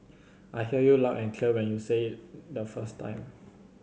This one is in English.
I heard you loud and clear when you said it the first time